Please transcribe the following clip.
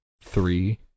three